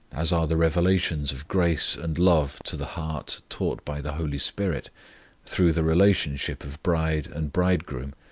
as are the revelations of grace and love to the heart taught by the holy spirit through the relationship of bride and bridegroom,